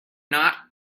not